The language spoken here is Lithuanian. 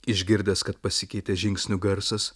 išgirdęs kad pasikeitė žingsnių garsas